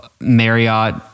Marriott